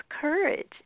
courage